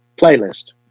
playlist